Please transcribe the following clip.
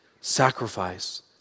sacrifice